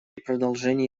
продолжения